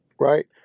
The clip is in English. Right